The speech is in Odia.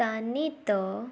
ସ୍ଥାନିତ